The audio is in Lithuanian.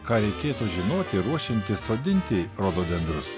ką reikėtų žinoti ruošiantis sodinti rododendrus